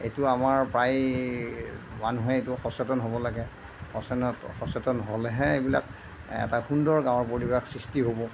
এইটো আমাৰ প্ৰায়ে মানুহে এইটো সচেতন হ'ব লাগে সচেতন সচেতন হ'লেহে এইবিলাক এটা সুন্দৰ গাঁৱৰ পৰিৱেশ সৃষ্টি হ'ব